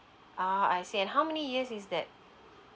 ah I see how many years is that